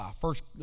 First